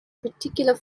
particular